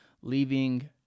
leaving